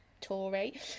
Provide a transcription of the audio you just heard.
Tory